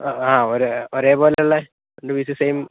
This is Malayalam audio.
ആ ആ ഒരേ ഒരേപോലുള്ള രണ്ട് പീസ് സേം